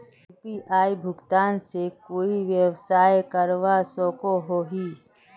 UPI भुगतान से कोई व्यवसाय करवा सकोहो ही?